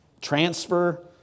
transfer